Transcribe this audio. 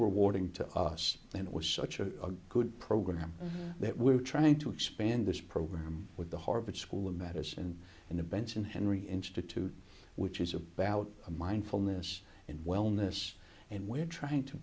so warding to us and it was such a good program that we're trying to expand this program with the harvard school of medicine and the benson henry institute which is about a mindfulness and wellness and we're trying to